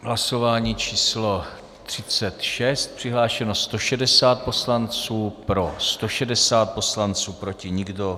Hlasování číslo 36, přihlášeno 160 poslanců, pro 160, proti nikdo.